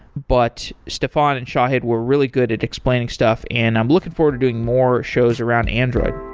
but stefan and shahid were really good at explaining stuff and i'm looking forward to doing more shows around android